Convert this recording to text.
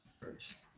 first